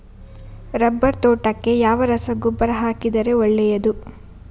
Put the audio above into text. Rubber ತೋಟಕ್ಕೆ ಯಾವ ರಸಗೊಬ್ಬರ ಹಾಕಿದರೆ ಒಳ್ಳೆಯದು?